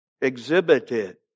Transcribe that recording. exhibited